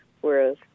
whereas